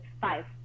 five